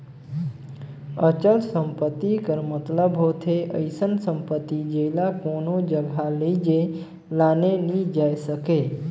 अचल संपत्ति कर मतलब होथे अइसन सम्पति जेला कोनो जगहा लेइजे लाने नी जाए सके